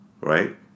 right